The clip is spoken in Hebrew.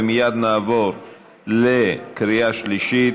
מייד נעבור לקריאה שלישית.